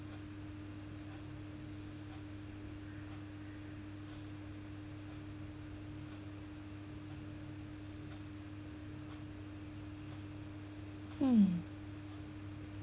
hmm